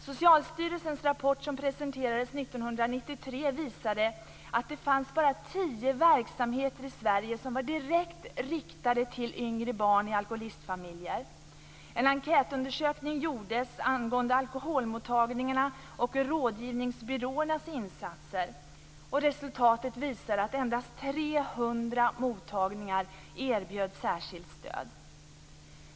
Socialstyrelsens rapport, som presenterades 1993, visade att det fanns bara tio verksamheter i Sverige som var direkt riktade till yngre barn i alkoholistfamiljer. En enkätundersökning gjordes angående alkoholmottagningarnas och rådgivningsbyråernas insatser. Resultatet visade att endast 300 mottagningar erbjöd särskilt stöd.